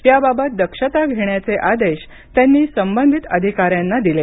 याबाबत दक्षता घेण्याचे आदेश त्यांनी समंधीत अधिकाऱ्यांना दिले